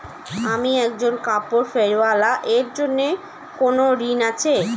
আমি একজন কাপড় ফেরীওয়ালা এর জন্য কোনো ঋণ আছে?